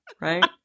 Right